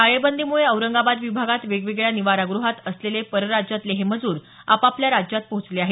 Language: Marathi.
टाळेबंदीमुळे औरंगाबाद विभागात वेगवेगळ्या निवारागृहात असलेले परराज्यातील हे मजूर आपापल्या राज्यात पोहोचले आहेत